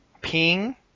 Ping